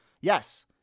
Yes